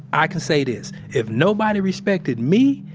i can say this, if nobody respected me,